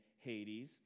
Hades